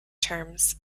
terms